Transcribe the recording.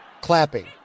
clapping